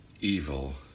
evil